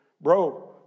bro